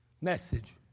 message